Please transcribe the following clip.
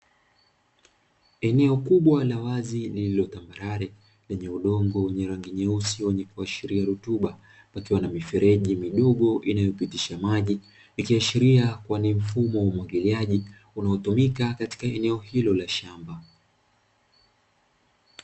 Eneo kubwa la wazi lililotambarare, tayari lenye udongo rangi nyeusi wenye kuashiria rutuba, wakiwa na mifereji midogo inayopitisha maji, nikiashiria kuwa ni mfumo wa umwagiliaji unaotumika katika eneo hilo la shamba.